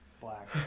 black